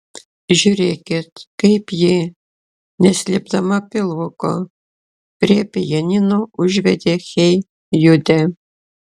žiūrėkit kaip ji neslėpdama pilvuko prie pianino užvedė hey jude